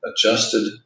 adjusted